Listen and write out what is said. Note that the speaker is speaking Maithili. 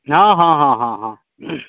हँ हँ हँ हँ हँ